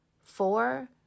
four